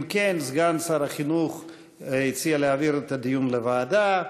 אם כן, סגן שר החינוך הציע לעביר את הדיון לוועדה.